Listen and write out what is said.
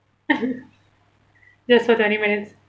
just for twenty minutes